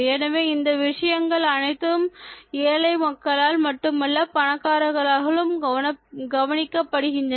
எனவே இந்த விஷயங்கள் அனைத்தும் ஏழை மக்களால் மட்டுமல்ல பணக்காரர்களாலும் கவனிக்கப்படுகின்றன